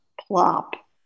Plop